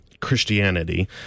christianity